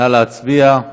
נא להצביע.